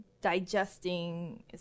digesting